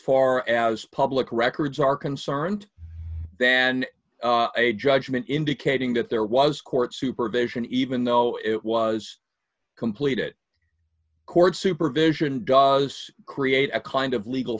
far as public records are concerned than a judgment indicating that there was court supervision even though it was complete it court supervision does create a kind of legal